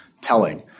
telling